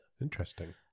Interesting